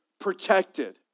protected